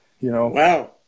Wow